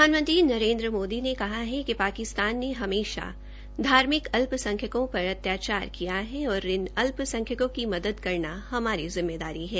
प्रधानमंत्री नरेन्द्र मोदी ने कहा है कि पाकिस्तान ने हमेशा धार्मिक अल्पसंख्यकों पर अत्याचार किया और अल्प संख्यकों की मदद करना हमारी जिम्मेदारी है